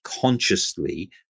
consciously